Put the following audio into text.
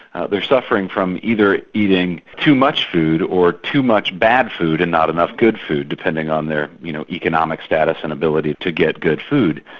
suffering from either eating too much food or too much bad food and not enough good food, depending on their you know economic status and ability to get good food.